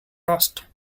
rushed